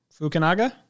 Fukunaga